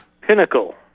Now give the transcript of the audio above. Pinnacle